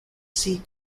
sea